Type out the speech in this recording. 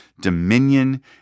dominion